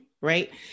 right